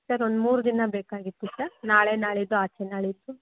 sir ಒಂದು ಮೂರು ದಿನ ಬೇಕಾಗಿತ್ತು ಸರ್ ನಾಳೆ ನಾಳಿದ್ದು ಆಚೆ ನಾಳಿದ್ದು